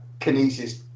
kinesis